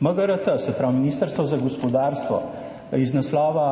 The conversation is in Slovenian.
MGRT, se pravi, Ministrstvo za gospodarstvo iz naslova